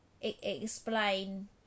explain